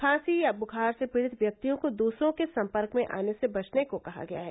खांसी या दुखार से पीडित व्यक्तियों को दुसरों के सम्पर्क में आने से बचने को कहा गया है